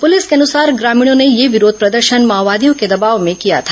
police के अनुसार ग्रामीणों ने यह विरोध प्रदर्शन माओवादियों के दबाव में किया था